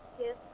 Yes